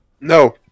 No